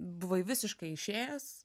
buvai visiškai išėjęs